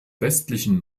westlichen